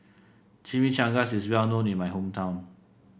chimichangas is well known in my hometown